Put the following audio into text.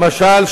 למשל,